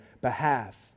behalf